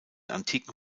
antiken